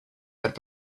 had